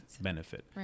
benefit